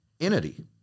entity